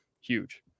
huge